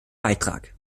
beitrag